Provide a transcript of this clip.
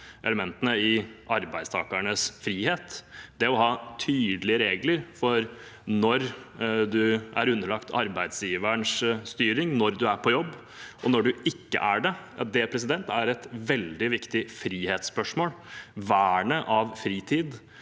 elementene i arbeidstakernes frihet. Det å ha tydelige regler for når man er underlagt arbeidsgiverens styring, når man er på jobb, og når man ikke er det, er et veldig viktig frihetsspørsmål. Vernet av fritid